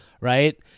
right